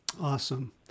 Awesome